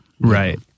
Right